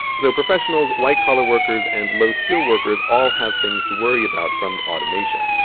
so professionals, white-collar workers and low-skill workers all have things to worry about from automation.